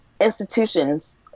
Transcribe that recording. institutions